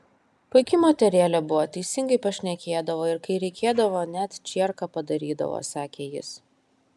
puiki moterėlė buvo teisingai pašnekėdavo ir kai reikėdavo net čierką padarydavo sakė jis